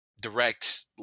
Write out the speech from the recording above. direct